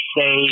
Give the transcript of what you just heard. say